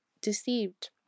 deceived